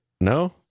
No